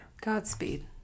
Godspeed